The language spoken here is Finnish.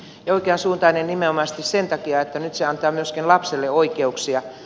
ja oikeansuuntainen nimenomaisesti sen takia että nyt se antaa myöskin lapselle oikeuksia